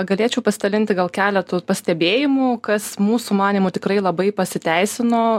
galėčiau pasidalinti gal keletu pastebėjimų kas mūsų manymu tikrai labai pasiteisino